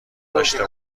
داشته